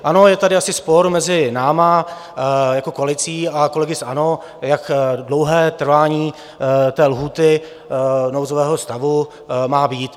Ano, je tady asi spor mezi námi jako koalicí a kolegy z ANO, jak dlouhé trvání lhůty nouzového stavu má být.